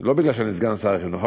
לא בגלל שאני סגן שר החינוך,